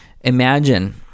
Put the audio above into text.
Imagine